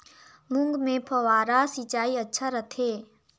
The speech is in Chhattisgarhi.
मूंग मे फव्वारा सिंचाई अच्छा रथे?